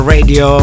Radio